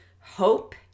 hope